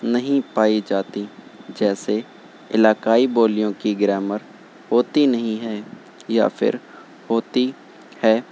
نہیں پائی جاتی جیسے علاقائی بولیوں کی گرامر ہوتی نہیں ہے یا پھر ہوتی ہے